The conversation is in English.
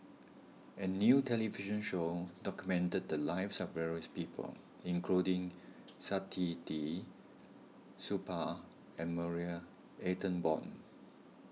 a new television show documented the lives of various people including Saktiandi Supaat and Marie Ethel Bong